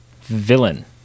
Villain